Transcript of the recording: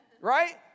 Right